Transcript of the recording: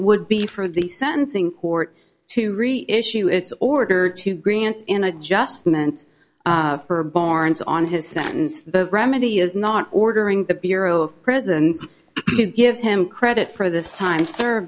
would be for the sentencing court to reissue its order to grant an adjustment or barnes on his sentence the remedy is not ordering the bureau of prisons give him credit for this time serve